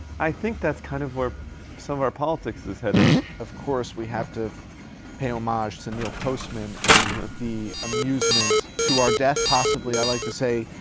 i think that's kind of where some of our politics is headed. heffner of course we have to pay homage to neil postman in the amusement to our death, possibly. i like to say,